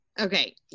Okay